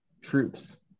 troops